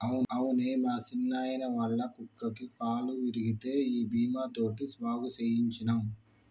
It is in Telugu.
అవునే మా సిన్నాయిన, ఒళ్ళ కుక్కకి కాలు ఇరిగితే ఈ బీమా తోటి బాగు సేయించ్చినం